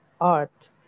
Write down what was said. art